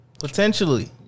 potentially